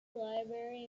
library